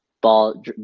ball